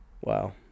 wow